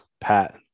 Pat